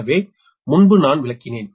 எனவே முன்பு நான் விளக்கினேன்